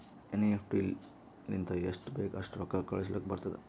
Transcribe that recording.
NEFT ಲಿಂತ ಎಸ್ಟ್ ಬೇಕ್ ಅಸ್ಟ್ ರೊಕ್ಕಾ ಕಳುಸ್ಲಾಕ್ ಬರ್ತುದ್